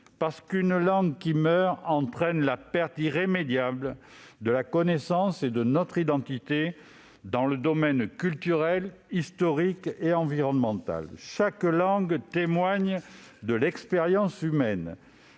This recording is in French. Parce qu'une langue qui meurt entraîne la perte irrémédiable de la connaissance et d'une part de notre identité, dans le domaine culturel, historique et environnemental. Chaque langue témoigne de l'expérience humaine.